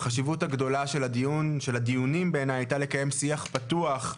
החשיבות הגדולה של הדיונים בעיניי היתה לקיים שיח פתוח,